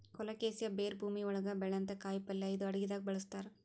colocasia ಬೇರ್ ಭೂಮಿ ಒಳಗ್ ಬೆಳ್ಯಂಥ ಕಾಯಿಪಲ್ಯ ಇದು ಅಡಗಿದಾಗ್ ಬಳಸ್ತಾರ್